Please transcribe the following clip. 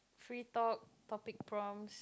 free talk topic forums